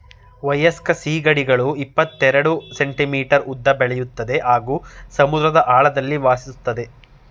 ವಯಸ್ಕ ಸೀಗಡಿಗಳು ಇಪ್ಪತೆರೆಡ್ ಸೆಂಟಿಮೀಟರ್ ಉದ್ದ ಬೆಳಿತದೆ ಹಾಗೂ ಸಮುದ್ರದ ಆಳದಲ್ಲಿ ವಾಸಿಸ್ತದೆ